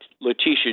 Letitia